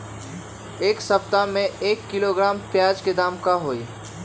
एक सप्ताह में एक किलोग्राम प्याज के दाम का होई?